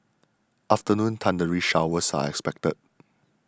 afternoon thundery showers are expected